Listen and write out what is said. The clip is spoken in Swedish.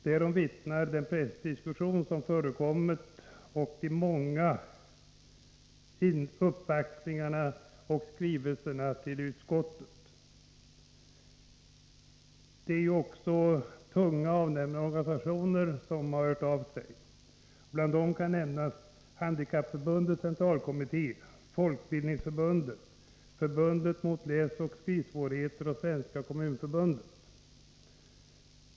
Därom vittnar den pressdiskussion som förekommit och de många uppvaktningarna inför och skrivelserna till utskottet. Det är tunga avnämarorganisationer som har hört av sig. Bland dem kan nämnas Handikappförbundets centralkommitté, Folkbildningsförbundet, Förbundet mot läsoch skrivsvårigheter och Svenska kommunförbundet.